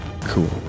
Cool